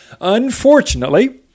Unfortunately